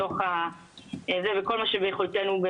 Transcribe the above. כל מה שביכולתנו לפעול,